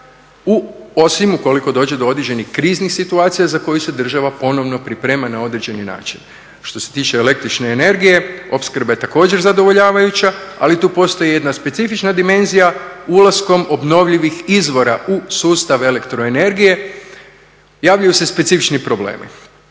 osim ukoliko dođe do određenih kriznih situacija za koje se država ponovno priprema na određeni način. Što se tiče električne energije, opskrba je također zadovoljavajuća ali tu postoji jedna specifična dimenzija. Ulaskom obnovljivih izvora u sustav elektroenergije javljaju se specifični problemi.